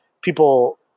people